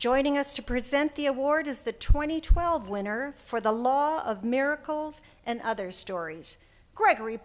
joining us to present the award as the twenty twelve winner for the law of miracles and other stories gregory